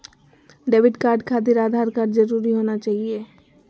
Debit card खातिर Aadhaar card जरूरी होना चाहिए?